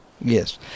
Yes